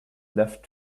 left